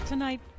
Tonight